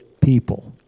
people